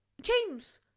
James